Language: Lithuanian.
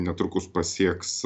netrukus pasieks